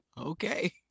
okay